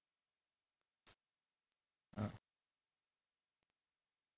ah